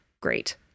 great